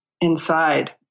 inside